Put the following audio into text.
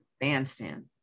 bandstand